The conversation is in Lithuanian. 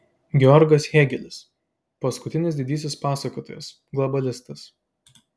georgas hėgelis paskutinis didysis pasakotojas globalistas